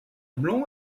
blanc